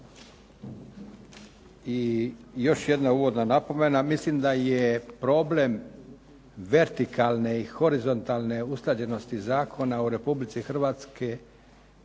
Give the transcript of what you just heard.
I još jedna uvodna napomena, mislim da je problem vertikalne i horizontalne usklađenosti zakona Republike Hrvatske